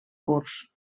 curs